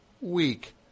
week